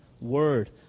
Word